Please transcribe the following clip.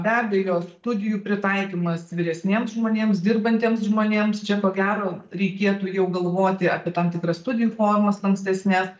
be abejo studijų pritaikymas vyresniems žmonėms dirbantiems žmonėms čia ko gero reikėtų jau galvoti apie tam tikrą studijų formos lankstesnes